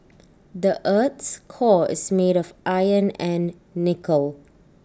the Earth's core is made of iron and nickel